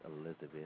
Elizabeth